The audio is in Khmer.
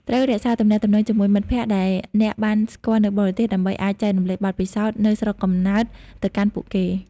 ត្រូវរក្សាទំនាក់ទំនងជាមួយមិត្តភក្តិដែលអ្នកបានស្គាល់នៅបរទេស ដើម្បីអាចចែករំលែកបទពិសោធន៍ នៅស្រុកកំណើតទៅកាន់ពួកគេ។